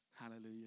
Hallelujah